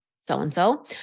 so-and-so